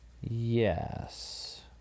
Yes